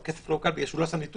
הכסף לא עוקל, כי הוא לא עשה ניתוח.